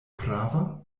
prava